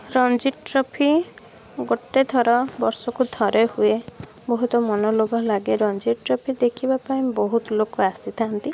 Ranji trophy ଗୋଟେ ଥର ବର୍ଷକୁ ଥରେ ହୁଏ ବହୁତ ମନଲୋଭା ଲାଗେ ରଣଜି ଟ୍ରଫି ଦେଖିବା ପାଇଁ ବହୁତ ଲୋକ ଆସିଥାନ୍ତି